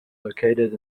located